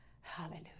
Hallelujah